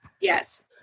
Yes